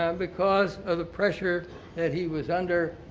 um because of the pressure that he was under,